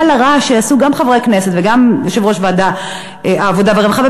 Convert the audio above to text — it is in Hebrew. הרעש שעשו גם חברי הכנסת וגם יושב-ראש ועדת העבודה והרווחה.